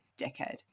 dickhead